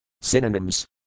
Synonyms